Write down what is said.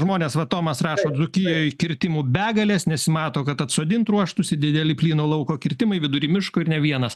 žmonės va tomas rašo dzūkijoj kirtimų begalės nesimato kad atsodint ruoštųsi dideli plyno lauko kirtimai vidury miško ir ne vienas